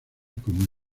como